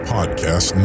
Podcast